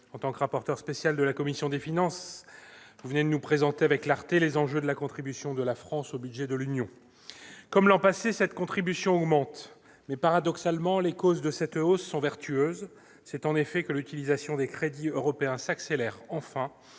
en tant que rapporteur spécial ; il vient de nous présenter avec clarté les enjeux de la contribution de la France au budget de l'Union européenne. Comme l'an passé, cette contribution augmente, mais, paradoxalement, les causes de cette hausse sont vertueuses : l'utilisation des crédits européens s'accélère enfin,